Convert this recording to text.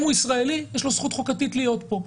אם הוא ישראלי יש לו זכות חוקתית להיות פה,